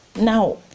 Now